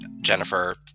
Jennifer